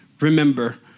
remember